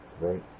right